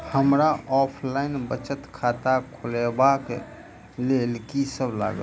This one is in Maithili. हमरा ऑफलाइन बचत खाता खोलाबै केँ लेल की सब लागत?